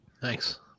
Thanks